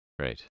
Right